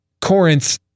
Corinth